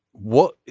what.